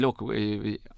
look